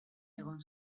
egon